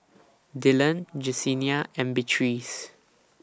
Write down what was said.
Dillon Jessenia and Beatrice